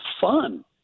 fun